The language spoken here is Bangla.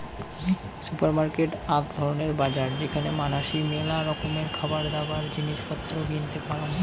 সুপারমার্কেট আক ধরণের বাজার যেখানে মানাসি মেলা রকমের খাবারদাবার, জিনিস পত্র কিনতে পারং